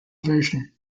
version